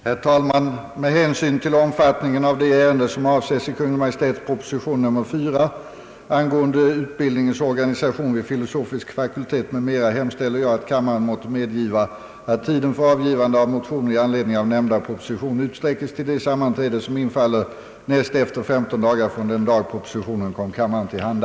Herr talman! Med hänsyn till omfattningen av det ärende som avses i Kungl. Maj:ts proposition nr 4 angående utbildningens organisation vid filosofisk fakultet m.m., hemställer jag att kammaren måtte medgiva att tiden för avgivande av motioner i anledning av nämnda proposition utsträckes till det sammanträde som infaller näst efter femton dagar från den dag propositionen kom kammaren till handa.